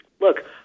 look